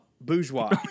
bourgeois